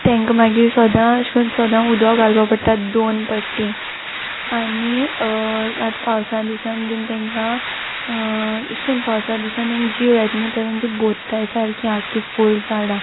तेंक मागीर सोदां अेश कोन्न सोदां उदो घालपा पोडटा दोन पाटी आनी आंत पावसा दिसान बीन तेंकां अेश कोन्न पावसा दिसान तेंक जीव येत न्हू तेदोन तीं आख्खीं भोत्ताय फूल झाडां